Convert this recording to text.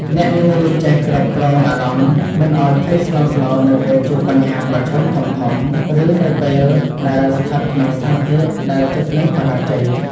អ្នកនឹងរៀនចេះគ្រប់គ្រងអារម្មណ៍មិនឱ្យភ័យស្លន់ស្លោនៅពេលជួបបញ្ហាប្រឈមធំៗឬនៅពេលដែលស្ថិតក្នុងស្ថានភាពដែលជិតនឹងបរាជ័យ។